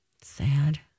Sad